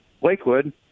Lakewood